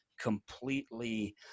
completely